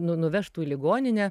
nu nuvežtų į ligoninę